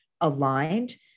aligned